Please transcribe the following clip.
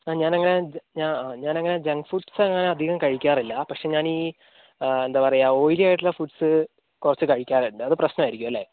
ആ ഞാനങ്ങനെ ഞാ ഞാനങ്ങനെ ജങ്ക് ഫൂഡ്സ് അങ്ങനെ അധികം കഴിക്കാറില്ല പക്ഷേ ഞാൻ ഈ എന്താണ് പറയുക ഓയിലി ആയിട്ടുള്ള ഫൂഡ്സ് കുറച്ച് കഴിക്കാറുണ്ട് അത് പ്രശ്നമായിരിക്കും അല്ലേ